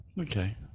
Okay